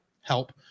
help